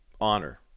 honor